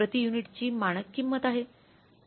प्रति युनिटची मानक किंमत आहे